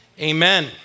amen